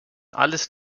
alles